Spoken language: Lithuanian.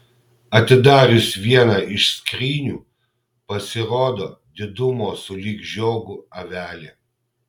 atidarius vieną iš skrynių pasirodo didumo sulig žiogu avelė